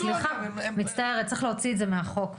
צריך להוציא את זה מהחוק.